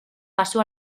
pasó